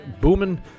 booming